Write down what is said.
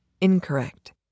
incorrect